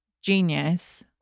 genius